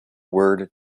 word